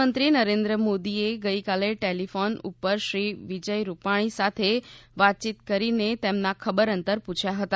પ્રધાનમંત્રી નરેન્દ્ર મોદીએ ગઈકાલે ટેલીફોન ઉપર શ્રી વિજય રૂપાણી સાથે વાતયીત કરીને તેમના ખબર અંતર પૂછયા હતા